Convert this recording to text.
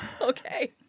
Okay